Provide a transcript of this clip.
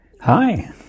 Hi